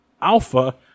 alpha